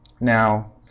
Now